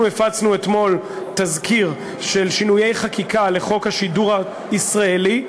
אנחנו הפצנו אתמול תזכיר של שינוי חקיקה לחוק השידור הישראלי,